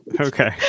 Okay